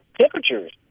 temperatures